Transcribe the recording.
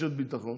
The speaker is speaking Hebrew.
רשת ביטחון?